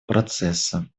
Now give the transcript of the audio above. процесса